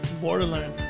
Borderline